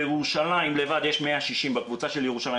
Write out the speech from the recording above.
קבוצה של ירושלים לבד יש 166 חברים,